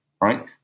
right